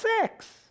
sex